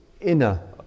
inner